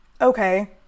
okay